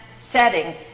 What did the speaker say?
setting